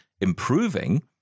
improving